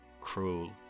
cruel